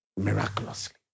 Miraculously